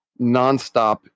nonstop